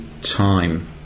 time